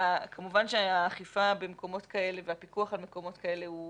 כמובן שהאכיפה במקומות כאלה והפיקוח על מקומות כאלה הוא